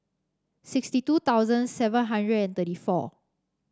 sixty two thousand seven hundred and thirty four